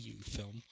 film